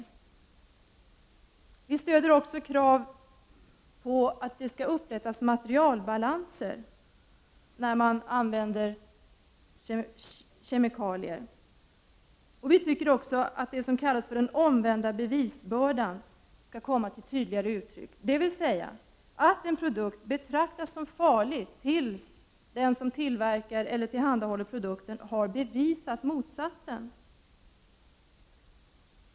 Vi i vpk stöder också kraven på att materialbalanser skall upprättas när kemikalier används. Vi anser också att det som kallas den omvända bevisbördan skall komma tydligare till uttryck, dvs. att en produkt skall betraktas som farlig tills den som tillverkar eller tillhandahåller den har bevisat motsatsen.